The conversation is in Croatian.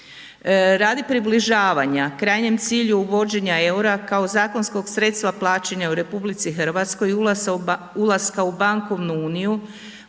Radi približavanja krajnjem cilju uvođenja EUR-a kao zakonskog sredstva plaćanja u RH i ulaska u bankovnu uniju